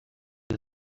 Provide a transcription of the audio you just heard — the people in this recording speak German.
wir